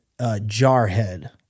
Jarhead